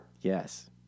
Yes